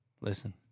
Listen